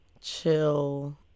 chill